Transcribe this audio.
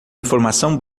informação